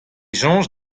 soñj